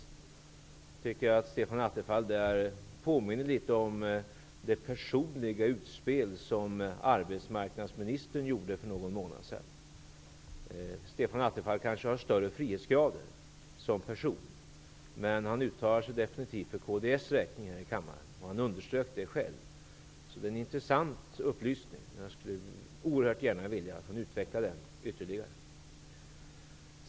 Jag tycker att Stefan Attefalls agerande där litet grand påminner om arbetsmarknadsministerns personliga utspel för någon månad sedan. Stefan Attefall har kanske en högre grad av frihet som person. Men han uttalar sig definitivt för kds räkning här i kammaren. Han underströk det själv. Därför är det en intressant upplysning som ges. Jag skulle oerhört gärna vilja höra Stefan Attefall utveckla det här ytterligare.